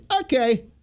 okay